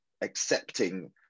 accepting